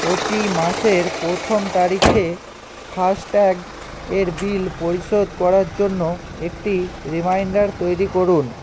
প্রতি মাসের প্রথম তারিখে ফাস্ট্যাগ এর বিল পরিশোধ করার জন্য একটি রিমাইণ্ডার তৈরি করুন